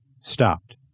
stopped